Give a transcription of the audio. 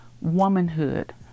Womanhood